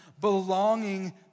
belonging